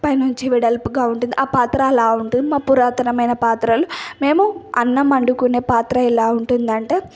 పైనుంచి వెడల్పుగా ఉంటుంది ఆ పాత్ర అలా ఉంటుంది మాపురాతనమైన పాత్రలు మేము అన్నం వండుకునే పాత్ర ఎలా ఉంటుందంటే